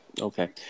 Okay